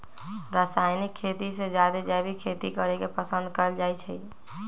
रासायनिक खेती से जादे जैविक खेती करे के पसंद कएल जाई छई